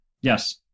Yes